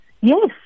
Yes